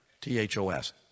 T-H-O-S